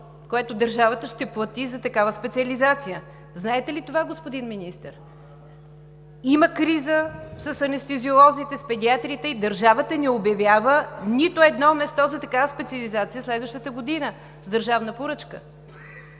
което държавата ще плати за такава специализация. Знаете ли това, господин Министър? Има криза с анестезиолозите, с педиатрите и държавата не обявява нито едно място за такава специализация в следващата година държавна поръчка.